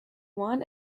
won